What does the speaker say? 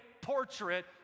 portrait